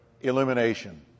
Illumination